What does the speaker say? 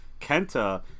Kenta